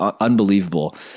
unbelievable